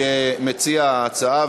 כמציע ההצעה,